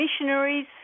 missionaries